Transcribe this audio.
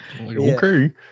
Okay